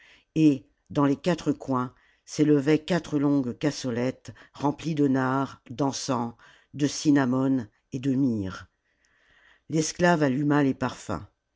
et dans les quatre coins s'élevaient quatre longues cassolettes remplies de nard d'encens de cinnamome et de myrrhe l'esclave alluma les parfums